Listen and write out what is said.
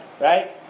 right